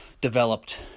developed